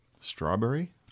strawberry